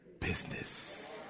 business